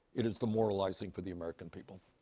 it is demoralizing for the american people.